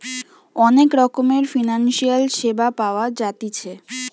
অনেক রকমের ফিনান্সিয়াল সেবা পাওয়া জাতিছে